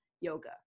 yoga